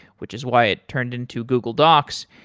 which is why it turned into google docs.